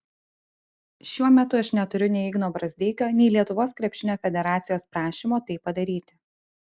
šiuo metu aš neturiu nei igno brazdeikio nei lietuvos krepšinio federacijos prašymo tai padaryti